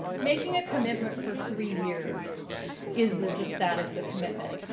making a commitment for three years is just that, it's a commitment.